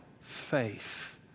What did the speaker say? Faith